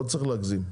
לא צריך להגזים.